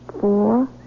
four